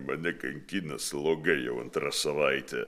mane kankina sloga jau antra savaitė